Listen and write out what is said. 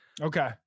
Okay